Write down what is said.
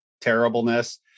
terribleness